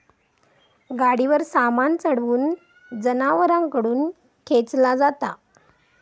गाडीवर सामान चढवून जनावरांकडून खेंचला जाता